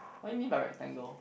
what you mean by rectangle